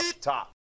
Top